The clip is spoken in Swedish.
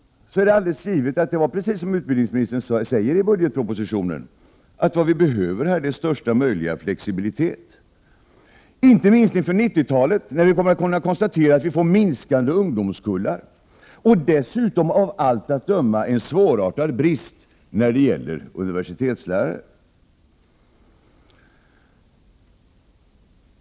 Det är alldeles givet, som utbildningsministern också säger i budgetpropositionen, att det vi behöver är största möjliga flexibilitet. Detta gäller inte minst inför 90-talet, eftersom vi har kunnat konstatera att vi får minskade ungdomskullar och dessutom av allt att döma en svårartad brist på universitetslärare.